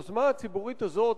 היוזמה הציבורית הזאת,